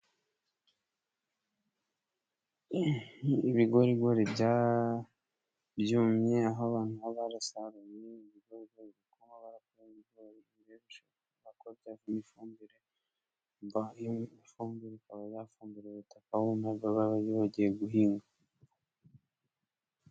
Ibigorigori byumye. Aho abantu baba barasaruye ibigori bikuma bikavamo ifumbire, ifumbire ikaba yafumbira ubutaka aho bumwe baba bagiye guhinga.